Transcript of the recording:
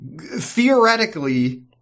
theoretically